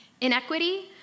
Inequity